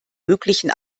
möglichen